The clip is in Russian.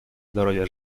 здоровья